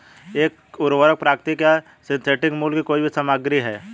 एक उर्वरक प्राकृतिक या सिंथेटिक मूल की कोई भी सामग्री है